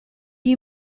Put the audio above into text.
you